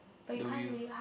the wheel